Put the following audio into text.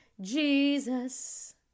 jesus